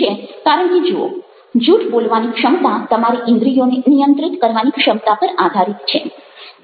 કારણ કે જુઓ જૂઠ બોલવાની ક્ષમતા તમારી ઈન્દ્રિયોને નિયંત્રિત કરવાની ક્ષમતા પર આધારિત છે